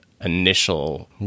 initial